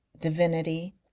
divinity